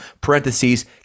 parentheses